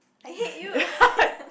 I hate you